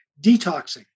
detoxing